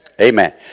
Amen